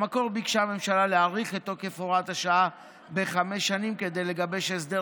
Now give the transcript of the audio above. במקור ביקשה הממשלה להאריך את תוקף הוראת השעה בחמש שנים כדי לגבש הסדר